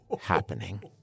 happening